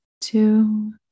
two